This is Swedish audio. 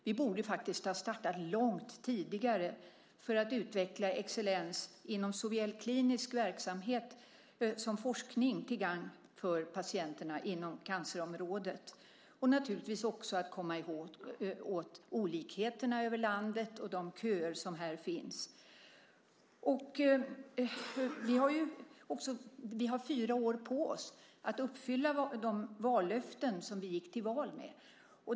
Vi borde ha startat långt tidigare för att utveckla excellens inom såväl klinisk verksamhet som forskning till gagn för patienter inom cancerområdet. Det handlar naturligtvis också om att komma åt olikheterna över landet och de köer som finns här. Vi har fyra år på oss att uppfylla de vallöften som vi gick till val på.